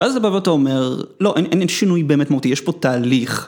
אז הבא בתור אומר, לא, אין שינוי באמת מהותי, יש פה תהליך